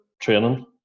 training